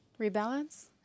Rebalance